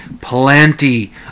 plenty